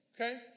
okay